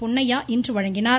பொன்னையா இன்று வழங்கினார்